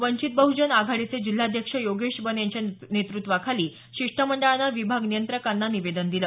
वंचित बहुजन आघाडीचे जिल्हाध्यक्ष योगेश बन यांच्या नेतृत्वाखालील शिष्टमंडळानं विभाग नियंत्रकांना निवेदन दिलं